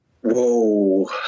Whoa